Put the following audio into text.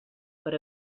per